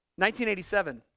1987